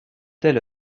telle